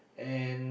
and